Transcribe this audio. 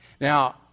Now